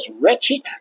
wretched